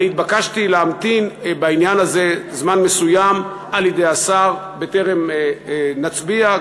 אני התבקשתי על-ידי השר להמתין בעניין הזה זמן מסוים בטרם נצביע,